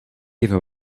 even